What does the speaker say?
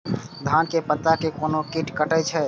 धान के पत्ता के कोन कीट कटे छे?